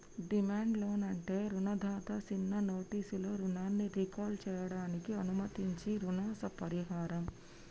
demand loan అంటే రుణదాత సిన్న నోటీసులో రుణాన్ని రీకాల్ సేయడానికి అనుమతించించీ రుణ పరిహారం